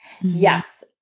Yes